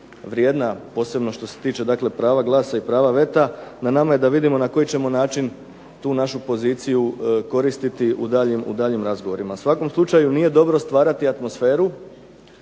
vrijedna, posebno što se tiče prava glasa i prava veta. Na nama je da vidimo na koji ćemo način koristiti tu našu poziciju u daljnjim razgovorima. U svakom slučaju nije dobro stvarati atmosferu